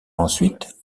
ensuite